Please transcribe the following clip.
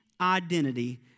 identity